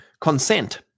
Consent